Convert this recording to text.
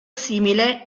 simile